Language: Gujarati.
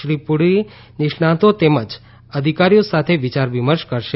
શ્રી પુરી નિષ્ણાંતો તેમજ અધિકારીઓ સાથે વિયાર વિમર્શ કરશે